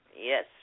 Yes